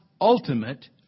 ultimate